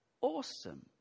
Awesome